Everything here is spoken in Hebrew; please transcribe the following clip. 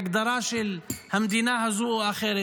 והגדרה של מדינה זו או אחרת.